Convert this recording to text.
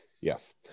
Yes